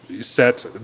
set